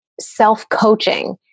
self-coaching